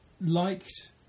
liked